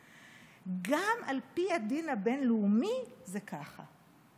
גם על פי הדין הבין-לאומי זה ככה,